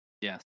yes